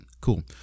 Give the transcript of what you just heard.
cool